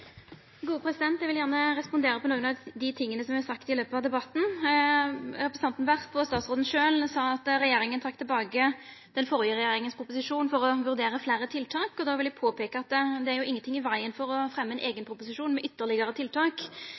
Werp og statsråden sa at regjeringa trakk tilbake den førre regjeringa sin proposisjon for å vurdera fleire tiltak, og då vil eg påpeika at det ikkje er noko i vegen for å fremja ein eigen proposisjon med ytterlegare tiltak,